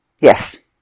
Yes